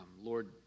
Lord